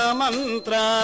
mantra